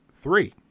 three